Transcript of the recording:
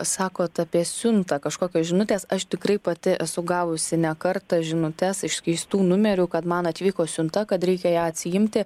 sakot apie siuntą kažkokios žinutės aš tikrai pati esu gavusi ne kartą žinutes iš keistų numerių kad man atvyko siunta kad reikia ją atsiimti